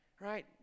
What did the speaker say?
Right